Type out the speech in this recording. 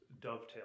dovetail